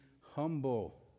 humble